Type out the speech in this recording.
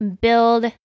build